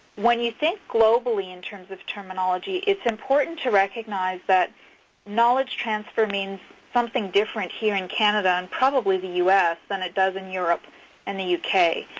when you think globally in terms of terminology, it's important to recognize that knowledge transfer means something different here in canada and probably the u s. than it does in europe and the uk.